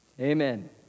Amen